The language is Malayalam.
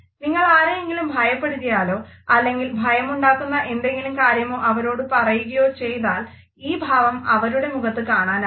നിങ്ങൾ ആരെയെങ്കിലും ഭയപ്പെടുത്തിയാലോ അല്ലെങ്കിൽ ഭയമുണ്ടാക്കുന്ന എന്തെങ്കിലും കാര്യമാ അവരോട് പറയുകയോ ചെയ്താൽ ഈ ഭാവം അവരുടെ മുഖത്തു കാണാനാകും